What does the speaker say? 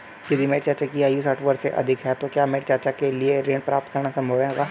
यदि मेरे चाचा की आयु साठ वर्ष से अधिक है तो क्या मेरे चाचा के लिए ऋण प्राप्त करना संभव होगा?